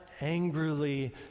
angrily